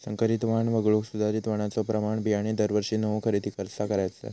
संकरित वाण वगळुक सुधारित वाणाचो प्रमाण बियाणे दरवर्षीक नवो खरेदी कसा करायचो?